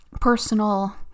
personal